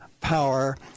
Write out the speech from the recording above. power